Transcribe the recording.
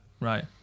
right